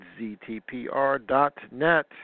ZTPR.net